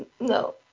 No